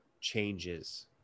changes